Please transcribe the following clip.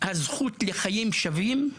הזכות לחיים שווים.